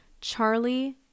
Charlie